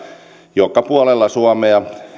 joka puolella suomea